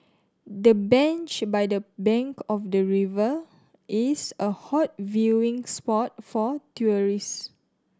the bench by the bank of the river is a hot viewing spot for tourists